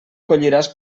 colliràs